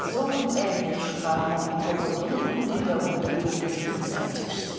so und ähnlich sprach man im krokodil und in der umgebung des künstlertischs